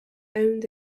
owned